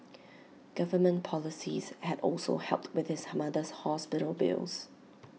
government policies had also helped with his mother's hospital bills